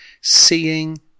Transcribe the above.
seeing